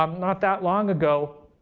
um not that long ago,